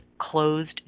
closed